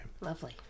Lovely